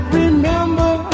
remember